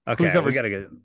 Okay